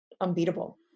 unbeatable